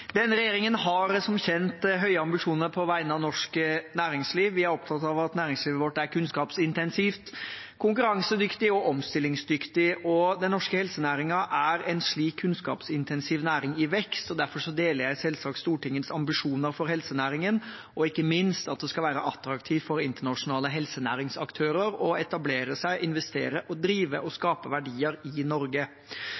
Denne regjeringen har som kjent høye ambisjoner på vegne av norsk næringsliv. Vi er opptatt av at næringslivet vårt er kunnskapsintensivt, konkurransedyktig og omstillingsdyktig. Den norske helsenæringen er en slik kunnskapsintensiv næring i vekst, og derfor deler jeg selvsagt Stortingets ambisjoner for helsenæringen og ikke minst at det skal være attraktivt for internasjonale helsenæringsaktører å etablere seg, investere og drive og